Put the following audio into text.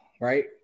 right